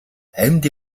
амьд